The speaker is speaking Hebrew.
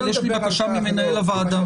אבל יש לי בקשה ממנהל הוועדה.